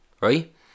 right